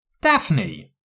Daphne